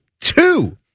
Two